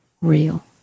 real